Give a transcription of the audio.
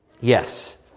Yes